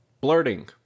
Blurting